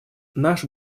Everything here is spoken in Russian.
наш